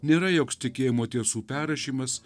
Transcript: nėra joks tikėjimo tiesų perrašymas